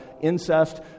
incest